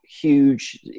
huge